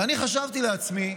ואני חשבתי לעצמי: